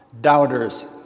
doubters